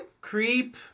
Creep